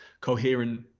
coherent